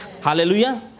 Hallelujah